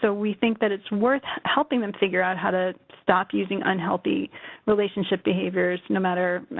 so we think that it's worth helping them figure out how to stop using unhealthy relationship behaviors no matter,